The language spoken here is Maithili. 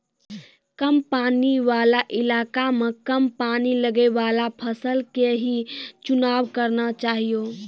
कम पानी वाला इलाका मॅ कम पानी लगैवाला फसल के हीं चुनाव करना चाहियो